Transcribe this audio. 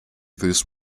this